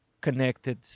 connected